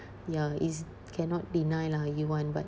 ya is cannot deny lah you want but